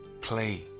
play